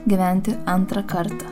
gyventi antrą kartą